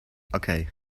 okay